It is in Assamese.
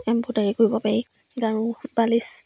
এম্ব্ৰইডাৰী কৰিব পাৰি গাৰু বালিচ